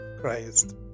Christ